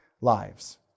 lives